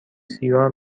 سیگار